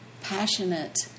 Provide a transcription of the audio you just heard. passionate